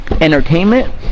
entertainment